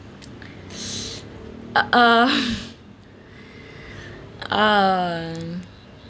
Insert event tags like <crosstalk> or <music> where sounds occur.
uh uh <noise> um